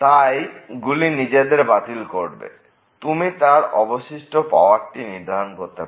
তাই গুলি নিজেদের বাতিল করবে এবং তুমি তার অবশিষ্ট পাওয়ারটি নির্ধারণ করতে পারবে